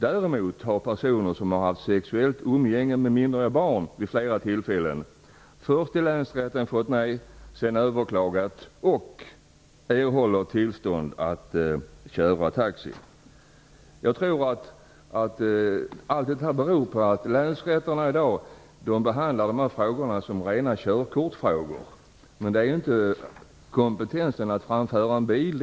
Däremot har personer som har haft sexuellt umgänge med minderåriga barn vid flera tillfällen först fått nej, sedan överklagat och erhållit tillstånd att köra taxi. Detta beror på att länsrätterna i dag behandlar dessa frågor som rena körkortsfrågor. Men det handlar ju inte om kompetensen att framföra en bil.